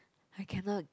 I cannot